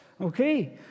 okay